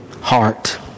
heart